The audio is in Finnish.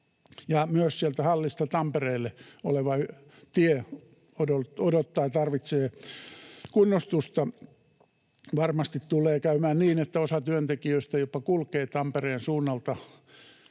Myös Hallista Tampereelle vievä tie odottaa ja tarvitsee kunnostusta. Varmasti tulee käymään niin, että jopa osa työntekijöistä kulkee Tampereen suunnalta.